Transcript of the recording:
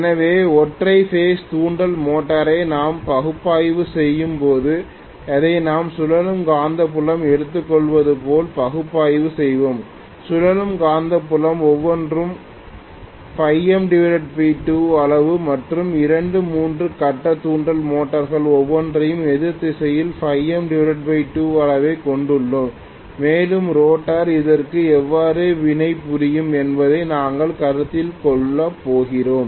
எனவே ஒற்றை பேஸ் தூண்டல் மோட்டாரை நாம் பகுப்பாய்வு செய்யும் போது அதை நாம் சுழலும் காந்தப்புலம் எடுத்துக்கொள்வது போல் பகுப்பாய்வு செய்வோம் சுழலும் காந்தப்புலம் ஒவ்வொன்றும் m2 அளவு மற்றும் இரண்டு மூன்று கட்ட தூண்டல் மோட்டார்கள் ஒவ்வொன்றையும் எதிர் திசையில் m2 அளவைக் கொண்டுள்ளோம் மேலும் ரோட்டார் அதற்கு எவ்வாறு வினைபுரியும் என்பதை நாங்கள் கருத்தில் கொள்ளப் போகிறோம்